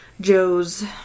Joes